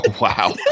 Wow